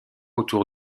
autour